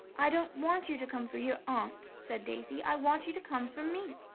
i don't want you to come for your aunt, said daisy i want you to come for me.